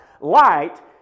light